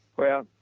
well,